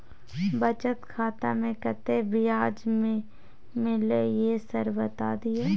बचत खाता में कत्ते ब्याज मिलले ये सर बता दियो?